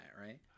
right